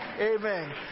amen